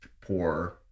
poor